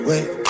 Wait